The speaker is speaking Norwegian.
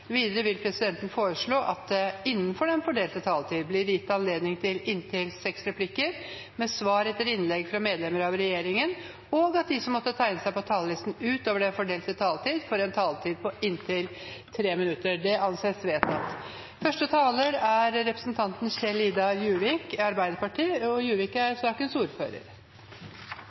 Videre vil presidenten foreslå at det – innenfor den fordelte taletid – blir gitt anledning til inntil seks replikker med svar etter innlegg fra medlemmer av regjeringen, og at de som måtte tegne seg på talerlisten utover den fordelte taletid, får en taletid på inntil 3 minutter. – Det anses vedtatt. God maritim infrastruktur er viktig for effektiv sjøtransport og